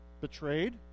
Betrayed